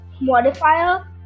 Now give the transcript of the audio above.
modifier